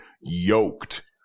yoked